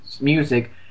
music